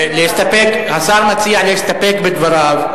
השר מציע להסתפק בדבריו.